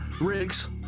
Riggs